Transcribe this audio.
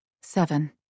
Seven